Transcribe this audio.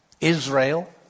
Israel